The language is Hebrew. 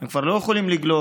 הם כבר לא יכולים לגלוש.